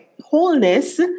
Wholeness